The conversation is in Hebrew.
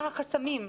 מה החסמים?